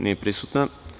Nije prisutna.